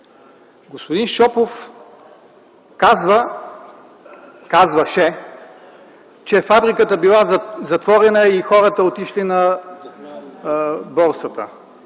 Господин Шопов казваше, че фабриката била затворена и хората отишли на борсата.